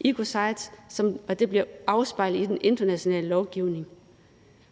ecocide, og at det bliver afspejlet i den internationale lovgivning.